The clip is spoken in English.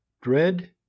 Dread